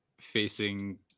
facing